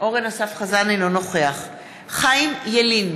אינו נוכח חיים ילין,